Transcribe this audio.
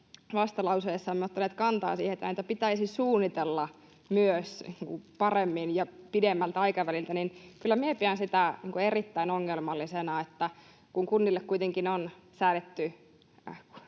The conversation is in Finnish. vastalauseessamme ottaneet kantaa siihen, että näitä pitäisi suunnitella myös paremmin ja pidemmällä aikavälillä, niin kyllä minä pidän erittäin ongelmallisena, että kun kunnille kuitenkin on säädetty